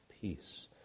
peace